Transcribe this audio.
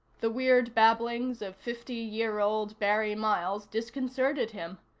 the weird babblings of fifty-year-old barry miles disconcerted him.